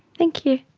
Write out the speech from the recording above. thank you.